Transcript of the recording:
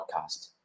podcast